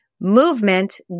Movement